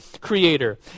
creator